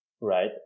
right